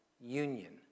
union